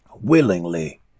willingly